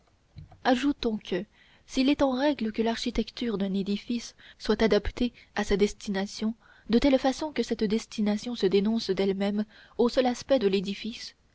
ajoutons que s'il est de règle que l'architecture d'un édifice soit adaptée à sa destination de telle façon que cette destination se dénonce d'elle-même au seul aspect de l'édifice